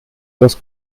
das